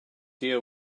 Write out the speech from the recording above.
deal